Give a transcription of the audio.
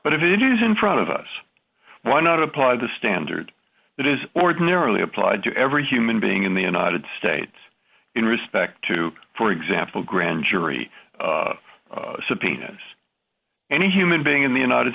but if it is in front of us why not apply the standard that is ordinarily applied to every human being in the united states in respect to for example grand jury subpoenas any human being in the united